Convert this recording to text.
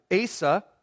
Asa